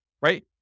right